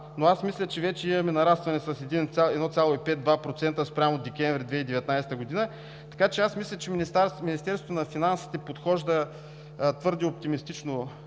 но аз мисля, че вече имаме нарастване с 1,5 – 2% спрямо месец декември 2019 г., така че аз мисля, че Министерството на финансите подхожда твърде оптимистично